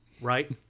Right